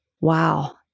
wow